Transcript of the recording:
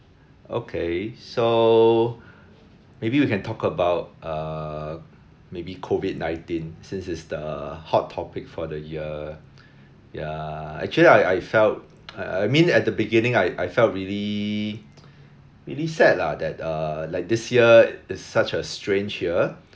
okay so maybe we can talk about err maybe COVID nineteen since it's the hot topic for the year ya actually I I felt I I mean at the beginning I I felt really really sad lah that uh like this year it's such a strange year